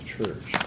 Church